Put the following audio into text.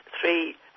three